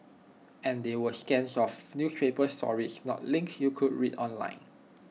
and they were scans of newspaper stories not links you could read online